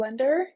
blender